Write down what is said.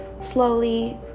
slowly